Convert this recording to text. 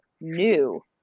new